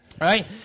Right